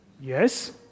Yes